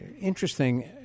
interesting